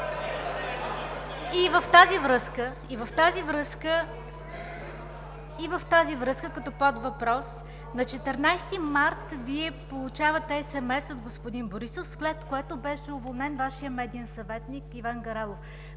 В тази връзка, като подвъпрос, на 14 март 2017 г. получавате SMS от господин Борисов, след което беше уволнен Вашият медиен съветник Иван Гарелов.